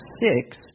six